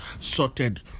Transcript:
sorted